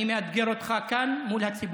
אני מאתגר אותך כאן מול הציבור,